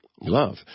love